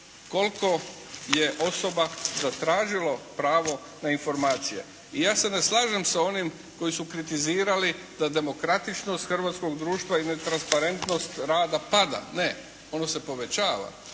koliko je osoba zatražilo pravo na informacije. I ja se ne slažem s onim koji su kritizirali da demokratičnost hrvatskog društva i netransparentnost rada pada. Ne, ona se povećava.